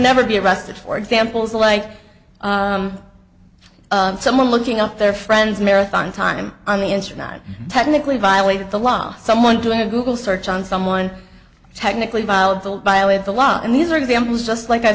never be arrested for examples like someone looking up their friends marathon time on the internet technically violated the law someone doing a google search on someone technically filed by way of the law and these are examples just like i